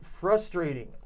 frustrating